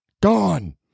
Gone